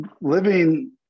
living